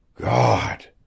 God